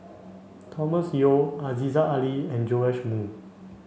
Thomas Yeo Aziza Ali and Joash Moo